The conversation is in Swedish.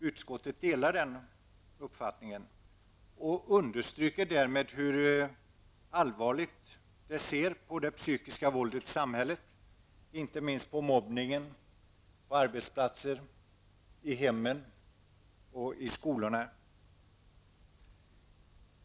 Utskottet delar den uppfattningen och understryker därmed hur allvarligt man ser på det psykiska våldet i samhället, inte minst på mobbningen på arbetsplatser, i hemmen och i skolorna.